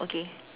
okay